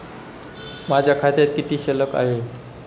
माझ्या खात्यात किती शिल्लक आहे?